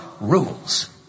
rules